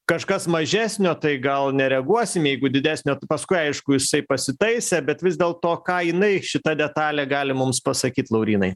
kažkas mažesnio tai gal nereaguosim jeigu didesnio paskui aišku jisai pasitaisė bet vis dėlto ką jinai šita detalė gali mums pasakyt laurynai